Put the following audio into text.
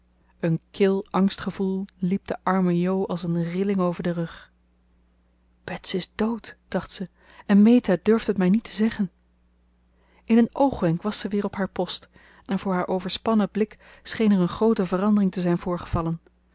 een kil angstgevoel liep de arme jo als een rilling over den rug bets is dood dacht ze en meta durft het mij niet te zeggen in een oogwenk was zij weer op haar post en voor haar overspannen blik scheen er een groote verandering te zijn voorgevallen